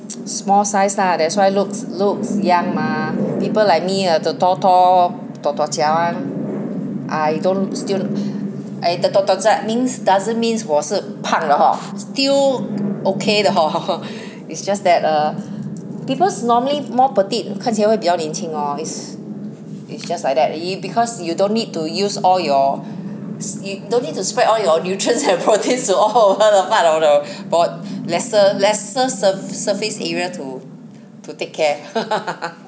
small size lah that's why looks looks young mah people like me ah the tall tall [one] ah you don't still eh the means doesn't means 我是胖的 hor still okay 的 hor it's just that err because normally more petite 看起来会比较年轻咯 it's it's just like that because you don't need to use all your you don't need to spread all your nutrients and proteins to all over the part of the bod~ lesser lesser surface area to to take care